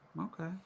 Okay